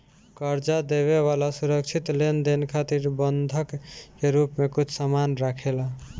कर्जा देवे वाला सुरक्षित लेनदेन खातिर बंधक के रूप में कुछ सामान राखेला